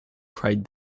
cried